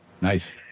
Nice